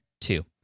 two